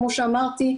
כמו שאמרתי,